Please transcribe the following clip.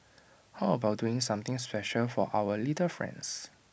how about doing something special for our little friends